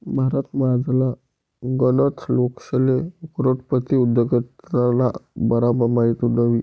भारतमझारला गनच लोकेसले करोडपती उद्योजकताना बारामा माहित नयी